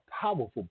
powerful